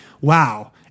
Wow